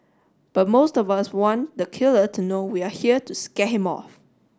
but most of us want the killer to know we are here to scare him off